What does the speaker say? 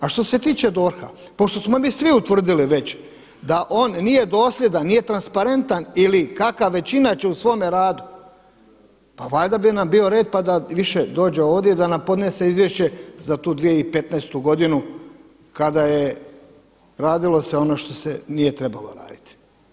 A što se tiče DORH-a, pošto smo mi svi utvrdili već da on nije dosljedan, nije transparentan ili kakav već inače u svome radu, pa valjda bi nam bio red pa da više dođe ovdje i da nam podnese izvješće za tu 2015. godinu kada je, radilo se ono što se nije trebalo raditi.